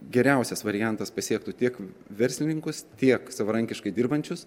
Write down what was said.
geriausias variantas pasiektų tiek verslininkus tiek savarankiškai dirbančius